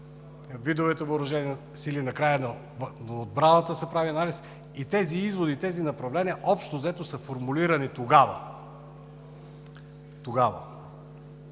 видовете въоръжени сили, накрая на отбраната се прави анализ, и тези изводи, тези направления общо взето са формулирани тогава.